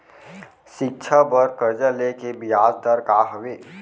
शिक्षा बर कर्जा ले के बियाज दर का हवे?